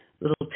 little